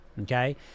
Okay